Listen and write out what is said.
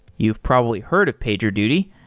you've probably heard of pagerduty.